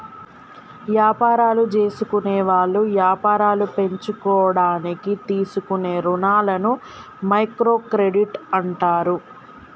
యాపారాలు జేసుకునేవాళ్ళు యాపారాలు పెంచుకోడానికి తీసుకునే రుణాలని మైక్రో క్రెడిట్ అంటారు